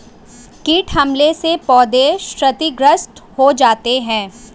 कीट हमले से पौधे क्षतिग्रस्त हो जाते है